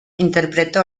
interpretó